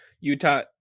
Utah